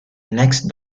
next